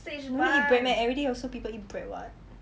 you don't eat bread meh every day also people eat bread what